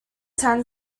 ten